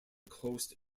coast